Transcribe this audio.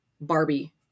Barbie